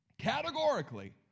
Categorically